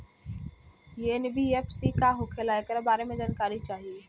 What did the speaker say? NBFC का होला ऐकरा बारे मे जानकारी चाही?